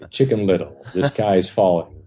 ah chicken little, the sky is falling.